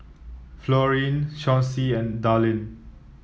Florine Chauncy and Dallin